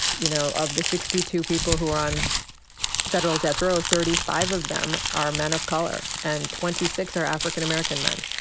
you know, of the sixty two people who are on federal death row, thirty five of them are men of color and twenty six are african american men.